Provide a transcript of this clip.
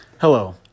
Hello